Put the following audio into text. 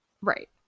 Right